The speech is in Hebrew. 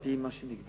על-פי מה שנקבע.